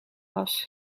was